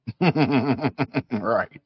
Right